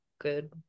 good